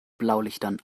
blaulichtern